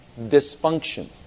dysfunction